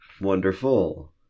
wonderful